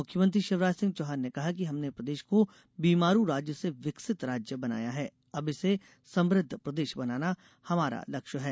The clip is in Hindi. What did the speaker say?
मुख्यमंत्री शिवराज सिंह चौहान ने कहा कि हमने प्रदेश को बीमारू राज्य से विकसित राज्य बनाया है अब इसे समृद्ध प्रदेश बनाना हमारा लक्ष्य है